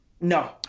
no